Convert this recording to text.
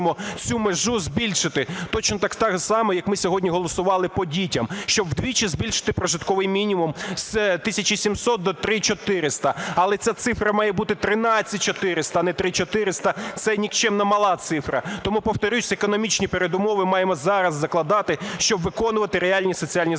Тому повторюся, економічні передумови маємо зараз закладати, щоб виконувати реальні соціальні зобов'язання.